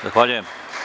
Zahvaljujem.